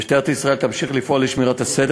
משטרת ישראל תמשיך לפעול לשמירת הסדר